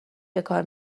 بکار